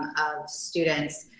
of students.